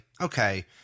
okay